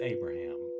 Abraham